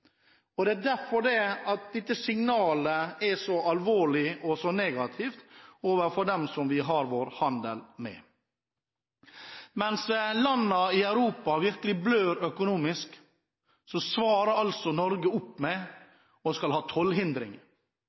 dem. Det er derfor dette signalet er så alvorlig og så negativt overfor dem som vi har vår handel med. Mens landene i Europa virkelig blør økonomisk, svarer Norge med å skulle ha tollhindringer. Dette var en så